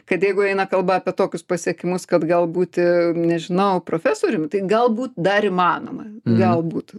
kad jeigu eina kalba apie tokius pasiekimus kad gal būti nežinau profesorium tai galbūt dar įmanoma galbūt